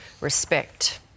respect